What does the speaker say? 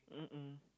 mmhmm